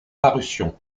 parutions